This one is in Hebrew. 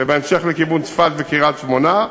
ובהמשך לכיוון צפת וקריית-שמונה,